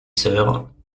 sœurs